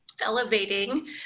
elevating